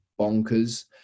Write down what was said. bonkers